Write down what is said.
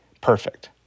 perfect